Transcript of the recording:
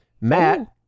Matt